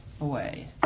away